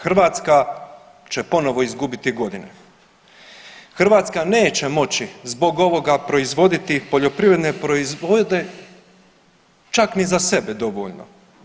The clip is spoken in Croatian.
Hrvatska će ponovo izgubiti godine, Hrvatska neće moći zbog ovoga proizvoditi poljoprivredne proizvode čak ni za sebe dovoljno.